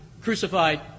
crucified